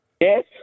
yes